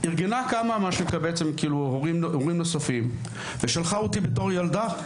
ארגנה הורים נוספים ושלחה אותי בתור ילדה,